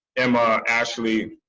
emma, ashley,